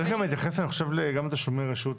אני חושב שצריך להתייחס גם לתשלומי רשות,